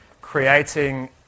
creating